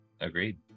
Agreed